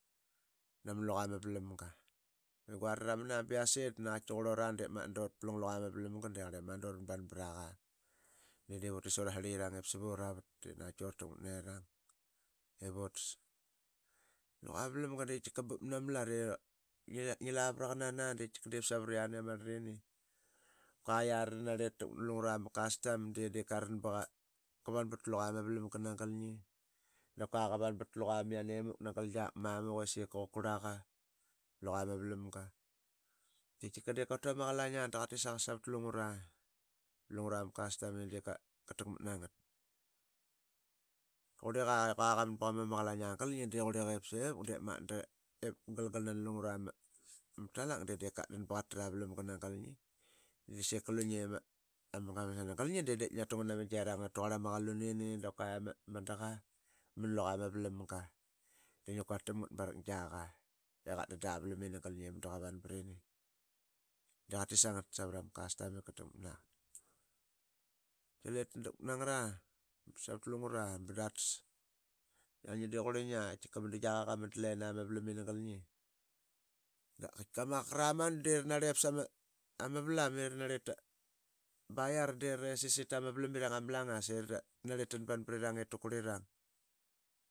Naman luqa ma avalamga. I guari ra man aa ba yiase ba naqautki qurlura ip magat da yiase da ut plang luqa ma valamga da qarl ip magat da uraranban braqa de diip utisa ura srilikirang sa vura vat ip na qaitki ura takmat nerang ip utas. Luqa ma valamga de tika bup nama lat i ngi la. ngi lavaraqa nana custom de diip ka ram ip qavan pat luqa ma valanga nagel ngi dap kua qavan pat luqa mi yane muk nagel giak i sika qa kurlaqa ama valamga de tika diip qatu ama palang aa da qatit savat lungara ama valamga de tika diip qatu ama qalaing aa da qatit savat lungara ama custom i diip ka takmatna ngat. Qurliqa qua ba qa man ba qa mu ama qalaing aa gal ngi de qurli qa ip sevuk diip magat da ip galgalnana lungura ma talak de diip katdan ba qatarama valamga nagel ngi. de sika ngi lu ngi ama ama gamansana galagi de diip ngia tu ngana ma gerang i raqurl ama qalunini dap kua ama qaluninin dap kua ama daqa manluqa ama valamga da ngia quarltam ngat suqut giaqaiqatdan da valamini gal ngi i mudu qa van pvi m nagel ngi da qatis sa ngat savara ma customika takmat na ngat. Qaitki le tatakmat na ngara ba savat lungura ba ra tas. qatiiaqarl ngi de qurli ngia tika madu ngiqa qamat lina nanel ngi. Dap qaitika ama qaqara mamu de ra narlip sama valam i ra narli tak ba iara de ra resis tama valamiring ama langas irai narli tanban brirang ip ta kurlirang.